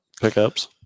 pickups